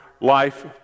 life